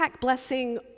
blessing